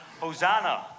Hosanna